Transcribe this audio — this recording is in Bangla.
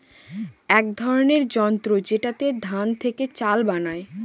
এক ধরনের যন্ত্র যেটাতে ধান থেকে চাল বানায়